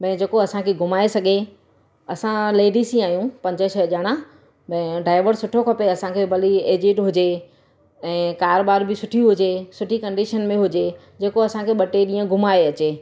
भई जेको असांखे घुमाए सॻे असां लेडीज़ ई आहियूं पंज छह ॼणा मेय डाइवर सुठो खपे असांखे भली एजिड हुजे ऐं कार वार बि सुठी हुजे सुठी कंडीशन में हुजे जेको असांखे ॿ टे ॾींहं घुमाए अचे